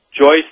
Joyce